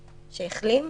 שהחלים,